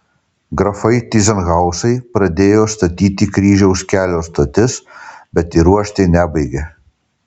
grafai tyzenhauzai pradėjo statyti kryžiaus kelio stotis bet įruošti nebaigė